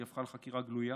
היא הפכה לחקירה גלויה.